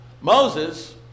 Moses